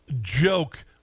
joke